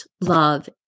love